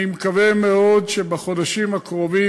אני מקווה מאוד שבחודשים הקרובים,